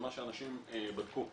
ממה שאנשים בדקו,